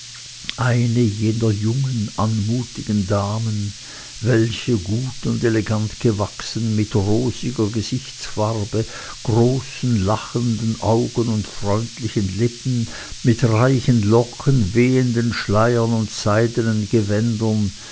eine jener jungen anmutigen damen welche gut und elegant gewachsen mit rosiger gesichtsfarbe großen lachenden augen und freundlichen lippen mit reichen locken wehenden schleiern und seidenen gewändern